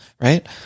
Right